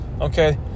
okay